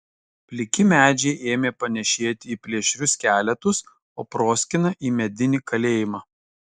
pliki medžiai ėmė panėšėti į plėšrius skeletus o proskyna į medinį kalėjimą